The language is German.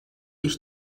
ich